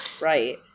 right